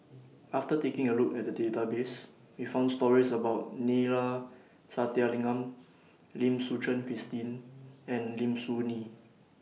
after taking A Look At The Database We found stories about Neila Sathyalingam Lim Suchen Christine and Lim Soo Ngee